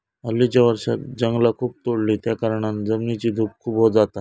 हल्लीच्या वर्षांत जंगला खूप तोडली त्याकारणान जमिनीची धूप खूप जाता